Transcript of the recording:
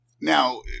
Now